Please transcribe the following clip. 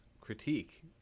critique